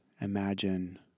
imagine